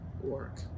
work